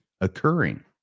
occurring